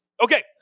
Okay